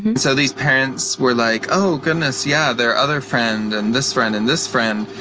and so these parents were like, oh goodness, yeah their other friend, and this friend, and this friend,